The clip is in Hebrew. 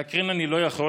להקרין אני לא יכול.